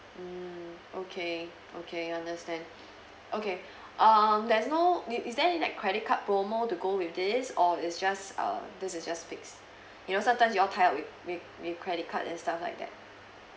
mm okay okay understand okay um there's no i~ is there any like credit card promo to go with this or is just err this is just fixed you know sometimes you all tie up with with with credit card and stuff like that